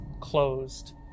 closed